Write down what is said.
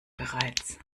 bereits